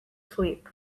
sleep